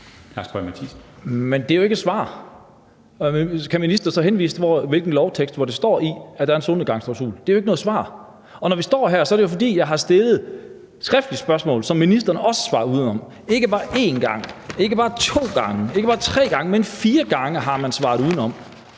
Men det er jo ikke et svar. Kan ministeren så henvise til, hvilken lovtekst det står i, at der er en solnedgangsklausul? Det var jo ikke noget svar. Og når vi står her, er det jo, fordi jeg har stillet et skriftligt spørgsmål, som ministeren også svarede udenom. Ikke bare én gang, ikke bare to gange, ikke bare tre gange, men fire gange har man svaret udenom.